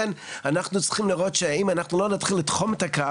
ולכן אנחנו צריכים לראות שאם אנחנו לא נתחיל לתחום את הקו,